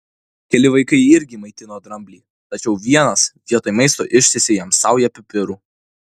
keli vaikai irgi maitino dramblį tačiau vienas vietoj maisto ištiesė jam saują pipirų